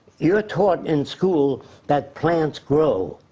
you're taught in school that plants grow.